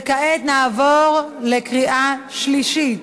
וכעת נעבור לקריאה שלישית.